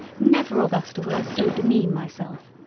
never augusta will i so demean myself.